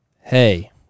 hey